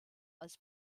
als